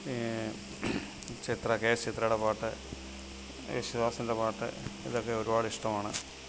ചിത്ര K S ചിത്രയുടെ പാട്ട് യേശുദാസിന്റെ പാട്ട് ഇതൊക്കെ ഒരുപാട് ഇഷ്ടമാണ്